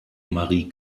marie